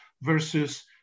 versus